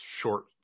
short